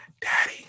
Daddy